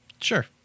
sure